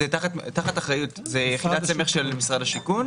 זו יחידת סמך של משרד השיכון,